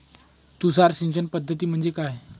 तुषार सिंचन पद्धती म्हणजे काय?